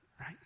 right